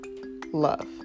love